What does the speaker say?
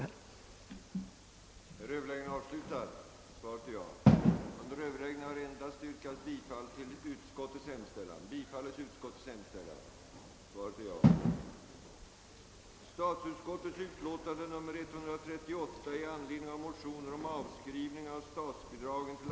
stödja en sådan utveckling på arbetsmarknaden i övrigt.